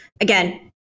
again